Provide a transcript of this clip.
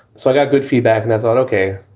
so i got good feedback and i thought, ok,